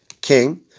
king